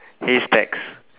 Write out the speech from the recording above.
haystacks